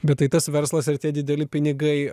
bet tai tas verslas ir tie dideli pinigai